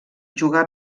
jugar